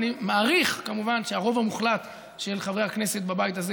ואני מעריך כמובן שהרוב המוחלט של חברי הכנסת בבית הזה,